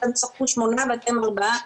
אתם תשחקו שמונה ואתם ארבעה.